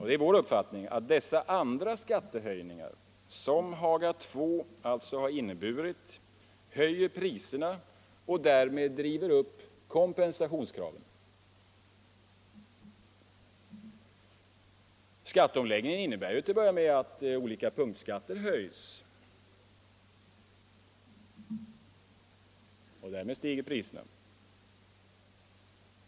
Det är vår uppfattning att dessa andra skattehöjningar, som Haga II alltså har inneburit, höjer priserna och därmed driver upp kompensationskraven. Skatteomläggningen innebär till att börja med att olika punktskatter höjs. Därmed stiger priserna.